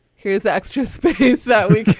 here's the extra space that we